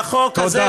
והחוק הזה,